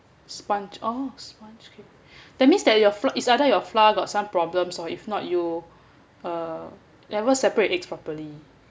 sponge oh sponge cake that means that your flour is either your flour got some problems or if not you uh never separate eggs properly